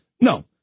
No